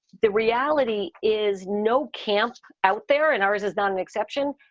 the reality is no camps out there and ours is not an exception.